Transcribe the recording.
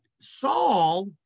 Saul